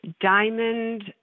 Diamond